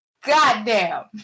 goddamn